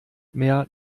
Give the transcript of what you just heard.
mehr